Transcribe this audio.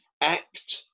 act